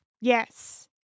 Yes